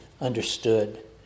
understood